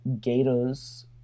Gator's